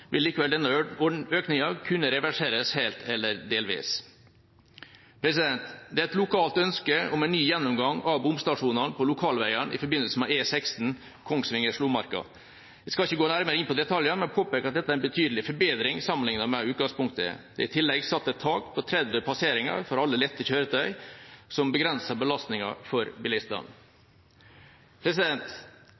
vil likevel denne økninga kunne reverseres helt eller delvis. Det er et lokalt ønske om en ny gjennomgang av bomstasjonene på lokalveiene i forbindelse med E16 Kongsvinger–Slomarka. Jeg skal ikke gå nærmere inn på detaljene, men påpeker at dette er en betydelig forbedring sammenlignet med utgangspunktet. Det er i tillegg satt et tak på 30 passeringer for alle lette kjøretøy, som begrenser belastninga for bilistene.